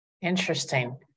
Interesting